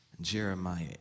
Jeremiah